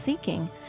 seeking